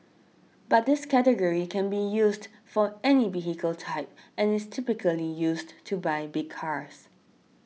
but this category can be used for any vehicle type and is typically used to buy big cars